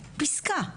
פסקה.